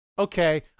Okay